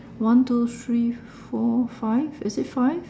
one two three four five is it five